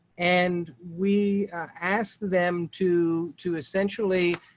and we asked them to to essentially